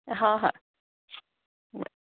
हा हा